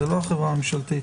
זו לא החברה הממשלתית.